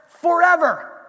Forever